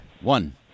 One